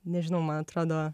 nežinau man atrodo